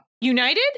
united